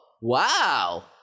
wow